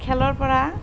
খেলৰ পৰা